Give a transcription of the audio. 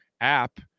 app